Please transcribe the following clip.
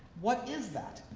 what is that,